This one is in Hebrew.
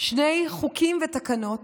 שני חוקים ותקנות